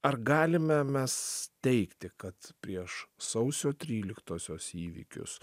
ar galime mes teigti kad prieš sausio tryliktosios įvykius